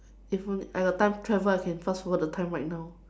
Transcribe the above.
if I got time travel I can pass over the time right now